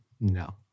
no